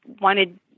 wanted